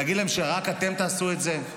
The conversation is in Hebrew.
נגיד להם שרק אתם תעשו את זה?